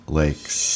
lakes